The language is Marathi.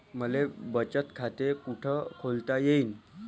मले बचत खाते कुठ खोलता येईन?